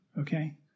Okay